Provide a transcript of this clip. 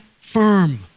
firm